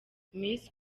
miss